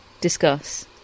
discuss